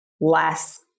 less